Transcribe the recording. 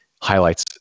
highlights